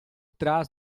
trás